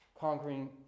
conquering